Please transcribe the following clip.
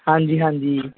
ਹਾਂਜੀ ਹਾਂਜੀ